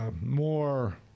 more